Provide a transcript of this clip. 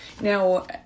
Now